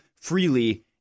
freely